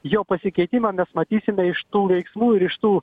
jo pasikeitimą mes matysime iš tų veiksmų ir iš tų